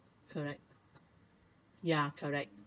correct ya correct